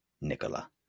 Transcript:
Nicola